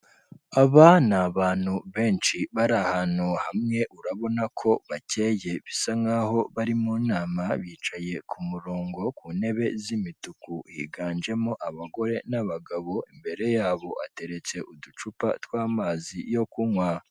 Aba ni abantu benshi bari ahantu hamwe, urabona ko bakeye bisa nk'aho bari mu nama, bicaye ku murongo ku ntebe z'imituku, higanjemo abagore n'abagabo, imbere yabo hateretse uducupa tw'amazi yo kunywa.